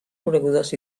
conegudes